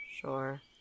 Sure